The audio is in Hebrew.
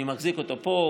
אני מחזיק אותו פה.